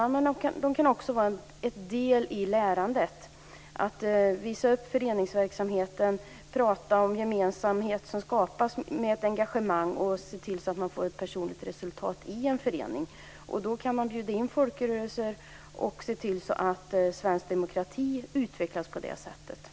Att visa upp föreningsverksamheten kan också vara en del i lärandet, dvs. prata om den gemenskap som skapas med hjälp av engagemang och se till att det blir ett personligt resultat i en förening. Folkrörelser kan bjudas in, och på så sätt utvecklas svensk demokrati.